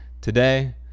Today